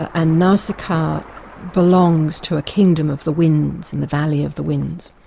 and nausicaa belongs to a kingdom of the winds in the valley of the winds,